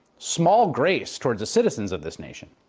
small grace towards the citizens of this nation.